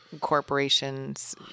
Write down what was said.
corporations